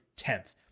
10th